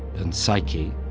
and psyche,